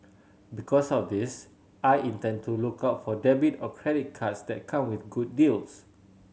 because of this I intend to look out for debit or credit cards that come with good deals